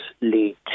lead